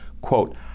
quote